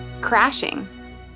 crashing